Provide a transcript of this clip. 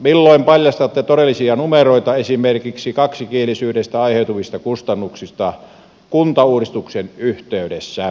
milloin paljastatte todellisia numeroita esimerkiksi kaksikielisyydestä aiheutuvista kustannuksista kuntauudistuksen yhteydessä